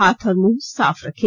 हाथ और मुंह सॉफ रखें